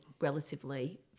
relatively